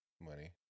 Money